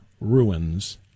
ruins